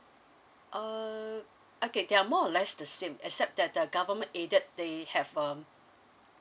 err okay they are more or less the same except that the government aided they have um